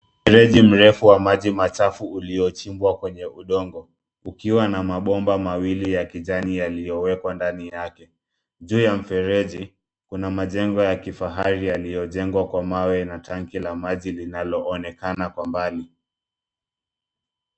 Mfereji mrefu wa maji machafu uliochimbwa kwenye uchongo ukiwa na mabomba mawili ya kijani yaliyowekwa ndani yake. Juu ya mfereji kuna majenyo ya kifahari yaliyojengwa kwa mawe na tanki la maji linaloonekana kwa mbali.